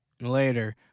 later